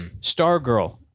Stargirl